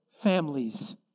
families